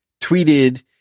tweeted